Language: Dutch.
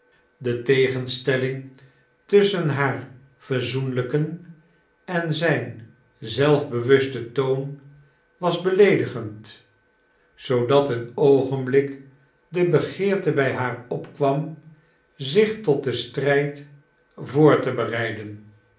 de tegenstelling tusschen haar verzoenlijken en zijn zelfbewusten toon was beleedigend zoodat een oogenblik de begeerte bij haar opkwam zich tot den strijd voor te bereiden